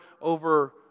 over